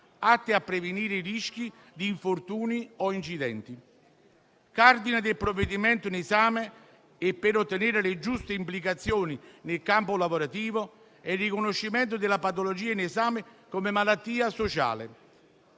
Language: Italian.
atte a prevenire i rischi di infortuni o incidenti. Cardine del provvedimento in esame - per ottenere le giuste implicazioni nel campo lavorativo - è il riconoscimento della patologia in esame come malattia sociale.